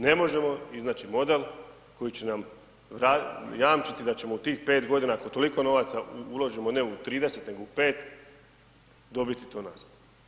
Ne možemo iznaći model koji će nam jamčiti da ćemo u tih 5 godina ako toliko novaca uložimo ne u 30 nego u 5 dobiti to nazad.